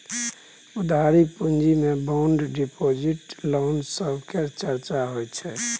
उधारी पूँजी मे बांड डिपॉजिट, लोन सब केर चर्चा होइ छै